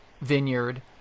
vineyard